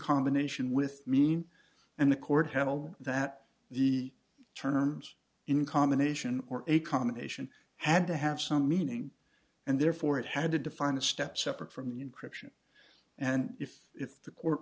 combination with mean and the court held that the terms in combination or a combination had to have some meaning and therefore it had to define a step separate from the encryption and if if